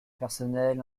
personnel